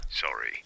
Sorry